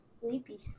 sleepy